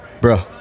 bro